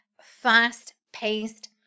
fast-paced